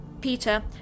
Peter